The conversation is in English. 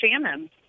Shannon